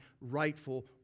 rightful